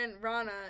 Rana